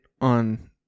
on